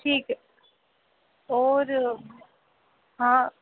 ठीक ऐ होर हां